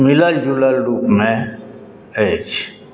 मिलल जुलल रूपमे अछि